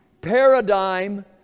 paradigm